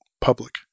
public